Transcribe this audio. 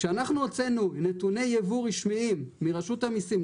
כשאנחנו הוצאנו נתוני יבוא רשמיים מרשות המיסים,